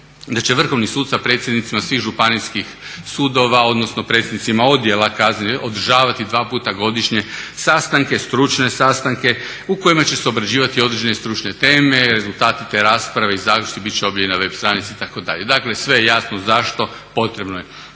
da će Vrhovni sud sa predsjednicima svih Županijskih sudova odnosno predsjednicima Odjela kaznenih održavati dva puta godišnje sastanke, stručne sastanke u kojima će se obrađivati određene stručne teme, rezultati te rasprave i zaključci bit će objavljeni na web stranici itd. Dakle, sve je jasno zašto, potrebno je.